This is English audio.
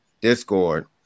discord